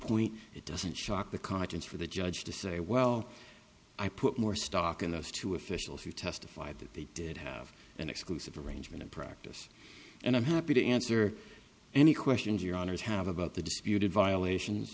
point it doesn't shock the conscience for the judge to say well i put more stock in those two officials who testified that they did have an exclusive arrangement in practice and i'm happy to answer any questions your honour's have about the disputed violations